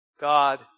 God